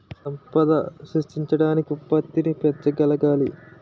సంపద సృష్టించడానికి ఉత్పత్తిని పెంచగలగాలి